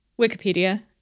Wikipedia